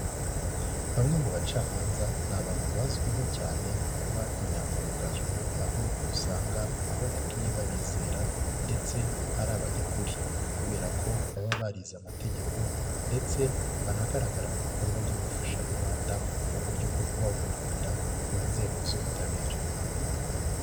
Bamwe mu bacamanza ni abantu bazwiho cyane kuba inyangamugayo, aho usanga aho batuye babizera ndetse ari abanyakuri, kubera ko baba barize amategeko, ndetse banagaragara mu bikorwa byo gufasha rubanda mu buryo bwo kubaburanira mu nzego z'ubutabera.